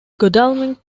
godalming